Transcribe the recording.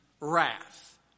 wrath